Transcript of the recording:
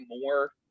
more